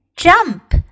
Jump